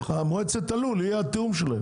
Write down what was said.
מועצת הלול היא התיאום שלהם.